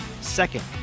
Second